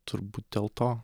turbūt dėl to